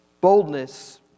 Boldness